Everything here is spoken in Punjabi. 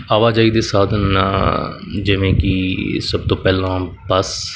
ਆਵਾਜਾਈ ਦੇ ਸਾਧਨ ਨੇ ਜਿਵੇਂ ਕਿ ਸਭ ਤੋਂ ਪਹਿਲਾਂ ਬਸ